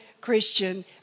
Christian